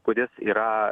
kuris yra